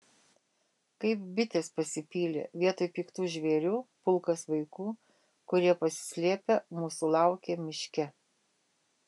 kaip bitės pasipylė vietoj piktų žvėrių pulkas vaikų kurie pasislėpę mūsų laukė miške